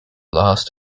last